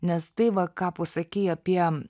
nes tai va ką pasakei apie